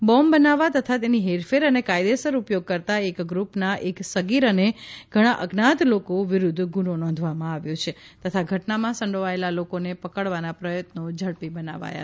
bomb બનાવવા તથા તેની હેરફેર અને કાયદેસર ઉપયોગ કરતા એક ગ્રુપના એક સગીર અને ઘણા અજ્ઞાત લોકો વિરુદ્ધ ગુનો નોંધવામાં આવ્યો છે તથા ઘટનામાં સંડોવાયેલા લોકોને પકડવાના પ્રયત્નો ઝડપી બનાવાયા છે